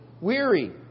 weary